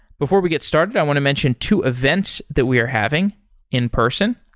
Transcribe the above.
before we get started i want to mention two events that we are having in-person.